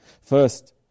First